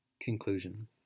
Conclusion